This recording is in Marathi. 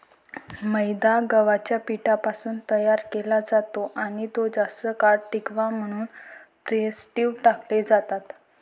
मैदा गव्हाच्या पिठापासून तयार केला जातो आणि तो जास्त काळ टिकावा म्हणून प्रिझर्व्हेटिव्ह टाकले जातात